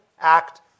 act